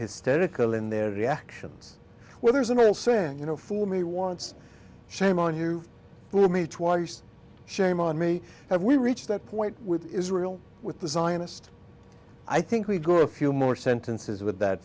hysterical in their reactions well there's an old saying you know fool me once shame on you fool me twice shame on me have we reached that point with israel with the zionist i think we go a few more sentences with that